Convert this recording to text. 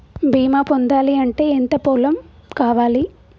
బీమా పొందాలి అంటే ఎంత పొలం కావాలి?